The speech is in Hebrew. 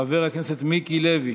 חבר הכנסת בצלאל סמוטריץ'